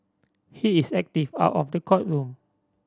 he is active out of the courtroom